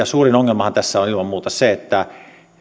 suurin ongelmahan tässä on ilman muuta se että